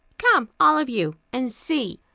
come, all of you, and see.